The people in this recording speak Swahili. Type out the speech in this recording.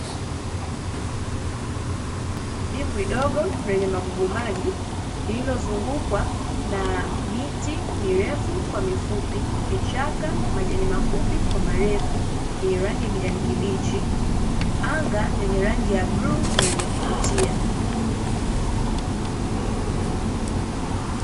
Dimbwi dogo lenye magugumaji, lililozungukwa na miti mirefu kwa mifupi, vichaka, majani mafupi kwa marefu yenye rangi ya kijani kibichi, anga lenye rangi ya bluu na lenye kuvutia.